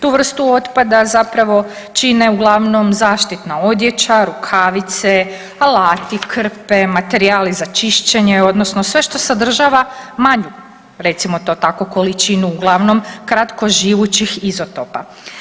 Tu vrstu otpada zapravo čine uglavnom zaštitna odjeća, rukavice, alati, krpe, materijali za čišćenje odnosno sve što sadržava manju recimo to tako količinu uglavnom kratkoživućih izotopa.